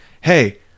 hey